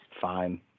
fine